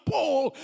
Paul